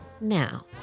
Now